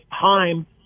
time